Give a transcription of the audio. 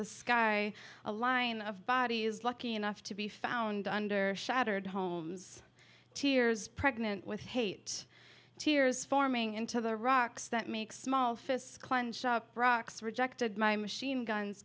sky a line of bodies lucky enough to be found under shattered homes tears pregnant with hate tears forming into the rocks that make small fists clenched brock's rejected my machine guns